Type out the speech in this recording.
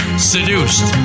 Seduced